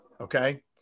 Okay